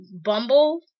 bumble